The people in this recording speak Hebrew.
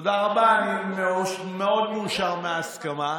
תודה רבה, אני מאוד מאושר מההסכמה.